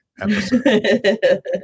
episode